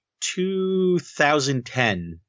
2010